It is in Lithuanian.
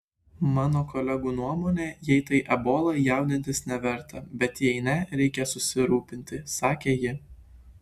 mano kolegų nuomone jei tai ebola jaudintis neverta bet jei ne reikia susirūpinti sakė ji